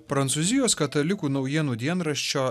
prancūzijos katalikų naujienų dienraščio